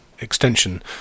extension